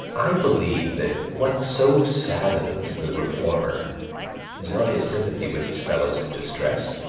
i believe that what so saddens the reformer is not his sympathy with his fellows in distress,